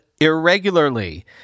irregularly